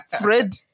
fred